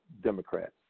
Democrats